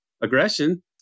aggression